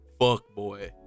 fuckboy